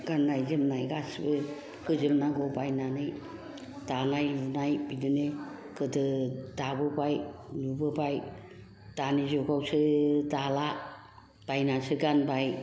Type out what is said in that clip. गान्नाय जोमनाय गासिबो होजोब नांगौ बायनानै दानाय लुनाय बिदिनो गोदो दाबोबाय लुबोबाय दानि जुगावसो दाला बायनासो गानबाय